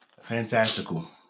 Fantastical